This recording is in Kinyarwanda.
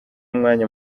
umwanya